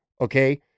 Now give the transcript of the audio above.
okay